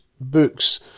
books